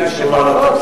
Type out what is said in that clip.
כי בחוק,